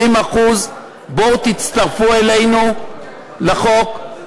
70% בואו תצטרפו אלינו לחוק,